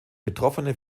betroffene